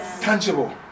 tangible